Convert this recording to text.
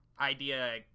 idea